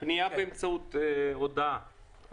פנייה באמצעות הודעה